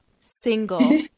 single